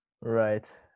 Right